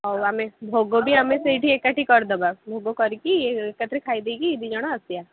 ହେଉ ଆମେ ଭୋଗ ବି ଆମେ ସେଇଠି ଏକାଠି କରିଦେବା ଭୋଗ କରିକି ଏକାଥରେ ଖାଇଦେଇକି ଦୁଇ ଜଣ ଆସିବା